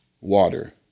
water